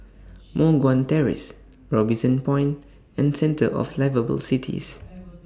Moh Guan Terrace Robinson Point and Centre of Liveable Cities